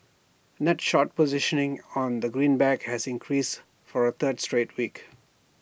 net short positioning on the greenback has increased for A third straight week